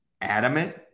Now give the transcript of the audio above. adamant